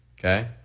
okay